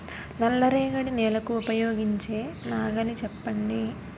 నల్ల రేగడి నెలకు ఉపయోగించే నాగలి చెప్పండి?